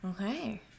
Okay